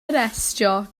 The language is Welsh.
arestio